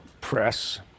press